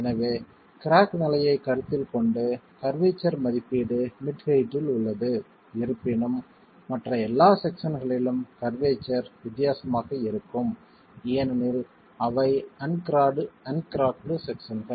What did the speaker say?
எனவே கிராக் நிலையைக் கருத்தில் கொண்டு கர்வேச்சர் மதிப்பீடு மிட் ஹெயிட்டில் உள்ளது இருப்பினும் மற்ற எல்லாப் செக்சன்களிலும் கர்வேச்சர் வித்தியாசமாக இருக்கும் ஏனெனில் அவை அன்கிராக்டு செக்சன்கள்